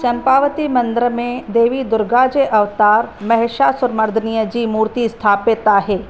चंपावती मंदर में देवी दुर्गा जे अवतार महिषासुरमर्दिनीअ जी मूर्ती स्थापितु आहे